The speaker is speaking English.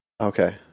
Okay